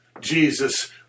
Jesus